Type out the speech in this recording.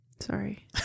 Sorry